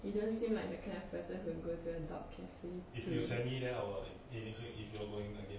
you don't seem like that kind of person who go to a dog cafe